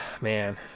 Man